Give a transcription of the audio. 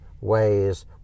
ways